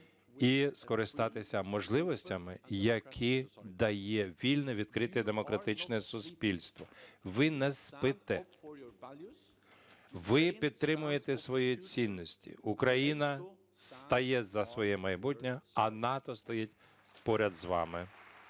і скористатися можливостями, які дає вільне, відкрите демократичне суспільство. Ви не спите! Ви підтримуєте свої цінності! Україна стає за своє майбутнє, а НАТО стоїть поряд з вами.